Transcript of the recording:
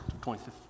2015